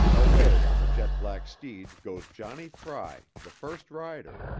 away on the jet black steed goes johnnie frey, the first rider,